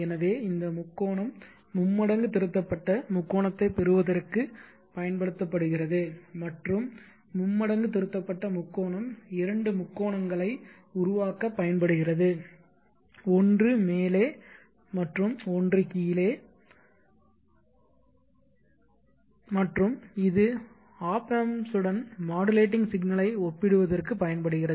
எனவே இந்த முக்கோணம் மும்மடங்கு திருத்தப்பட்ட முக்கோணத்தைப் பெறுவதற்குப் பயன்படுத்தப்படுகிறது மற்றும் மும்மடங்கு திருத்தப்பட்ட முக்கோணம் இரண்டு முக்கோணங்களை உருவாக்கப் பயன்படுகிறது ஒன்று மேலே மற்றும் ஒன்று கீழே மற்றும் இது ஒப் ஆம்ப்ஸுடன் மாடுலேட்டிங் சிக்னலை ஒப்பிடுவதற்குப் பயன்படுகிறது